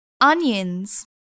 Onions